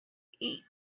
eight